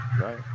Right